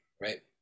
right